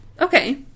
Okay